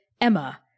emma